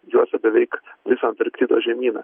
juosia beveik visą antarktidos žemyną